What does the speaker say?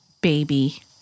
Baby